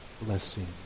blessing